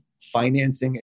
financing